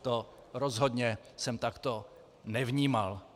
To rozhodně jsem takto nevnímal.